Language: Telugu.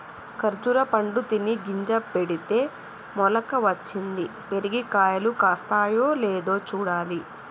ఖర్జురా పండు తిని గింజ పెడితే మొలక వచ్చింది, పెరిగి కాయలు కాస్తాయో లేదో చూడాలి